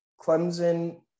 Clemson